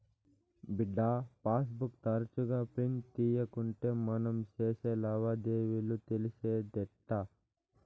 బిడ్డా, passbook తరచుగా print తీయకుంటే మనం సేసే లావాదేవీలు తెలిసేటెట్టా